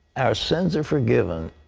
our sins are forgiven,